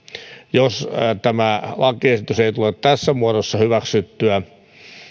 jos tämä lakiesitys ei tule tässä muodossa hyväksyttyä